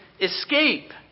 escape